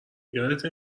یادته